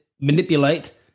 manipulate